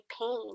pain